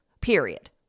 period